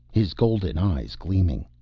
his golden eyes gleaming.